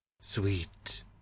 Sweet